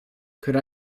could